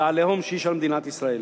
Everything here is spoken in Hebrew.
ל"עליהום" שיש על מדינת ישראל.